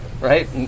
right